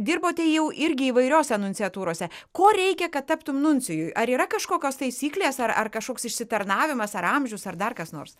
dirbote jau irgi įvairiose nunciatūrose ko reikia kad taptum nuncijui ar yra kažkokios taisyklės ar ar kažkoks išsitarnavimas ar amžius ar dar kas nors